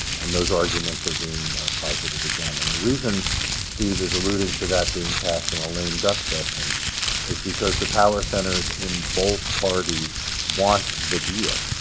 and those arguments are being posited again. and the reason steve is alluding to that being passed in a lame-duck session and is because the power centers in both parties want the deal,